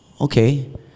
okay